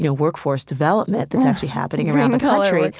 you know workforce development that's actually happening around the country,